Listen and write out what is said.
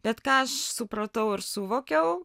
bet ką aš supratau ir suvokiau